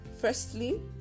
Firstly